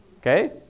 Okay